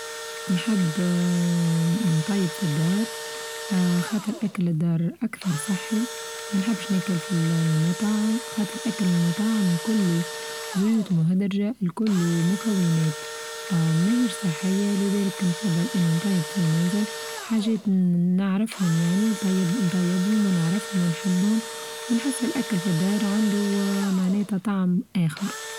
نحب آآ نطيب في الدار آآ خاطر أكل الدار أكثر صحي، ما نحبش ناكل في المطاعم خاطر أكل المطاعم كله زيوت مهدرچة كله مكونات آآ ما هيش صحية لذلك نفضل أن نطيب في المنزل، حاچات نعرفهم يعني نطيب نطيبهم ونعرفهم ونحبهم ونحس الأكل في الدار عنده آآ معناتها طعم آخر.